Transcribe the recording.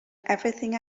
everything